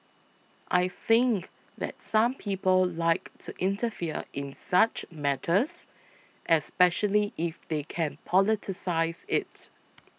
I think that some people like to interfere in such matters especially if they can politicise it